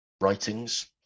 writings